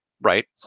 right